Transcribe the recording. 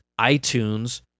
iTunes